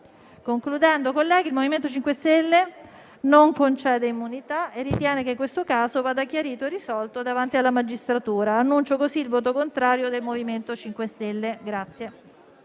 Concludendo, colleghi, il MoVimento 5 Stelle non concede l'immunità e ritiene che questo caso vada chiarito e risolto davanti alla magistratura. Annuncio così il voto contrario del MoVimento 5 Stelle.